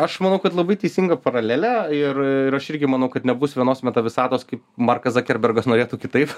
aš manau kad labai teisinga paralelė ir ir aš irgi manau kad nebus vienos meta visatos kaip markas zakerbergas norėtų kitaip